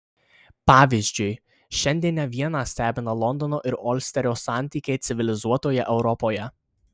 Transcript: pavyzdžiui šiandien ne vieną stebina londono ir olsterio santykiai civilizuotoje europoje